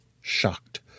shocked